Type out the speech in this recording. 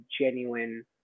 genuine